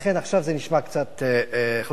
ולכן עכשיו זה נשמע קצת חוזר,